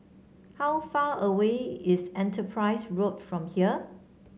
how far away is Enterprise Road from here